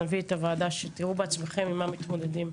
נביא את הוועדה, שתראו בעצמכם עם מה מתמודדים.